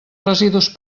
residus